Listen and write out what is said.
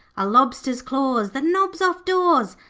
a lobster's claws, the knobs off doors,